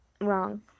wrong